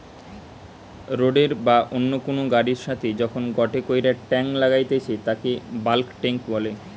রোডের বা অন্য কুনু গাড়ির সাথে যখন গটে কইরা টাং লাগাইতেছে তাকে বাল্ক টেংক বলে